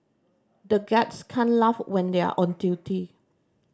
the guards can't laugh when they are on duty